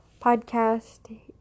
podcast